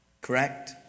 Correct